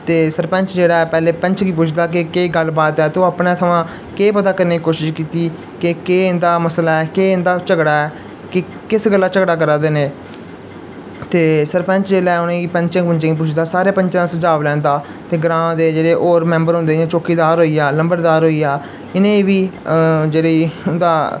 ते सरपैंच ऐ जेह्ड़ा पैह्लें पैंच गी पुच्छदा केह् गल्ल बात ऐ तूं अपने थमां केह् पता कीती केह् केह् इं'दा मसला ऐ केह् इं'दा झगड़ा ऐ कि किस गल्ला झगड़ा करा दे न एह् ते सरपैंच जिसलै उनेंगी पैंचें पूंचें गी पुच्छदा सारें पैंचें दा सुझाव लैंदा ते ग्रांऽ दे जेह्ड़े होर मैंबर होई गे जियां चौकीदार होई गेआ लम्बड़दार होई गेआ इ'नेंगी बी जेह्ड़ी उं'दा